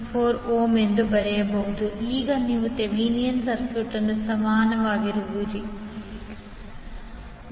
64 ಈಗ ನೀವು ಥೆವೆನಿನ್ನ ಸರ್ಕ್ಯೂಟ್ಗೆ ಸಮನಾಗಿರುವಿರಿThevenin's equivalent